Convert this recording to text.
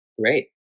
Great